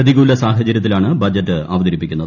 പ്രതികൂല സാഹചര്യത്തിലാണ് ബജറ്റ് അവതരിപ്പിക്കുന്നത്